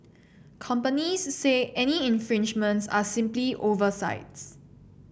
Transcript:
companies say any infringements are simply oversights